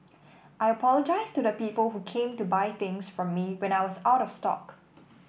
I apologise to the people who came to buy things from me when I was out of stock